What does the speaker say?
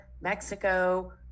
mexico